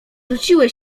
rzuciły